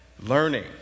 learning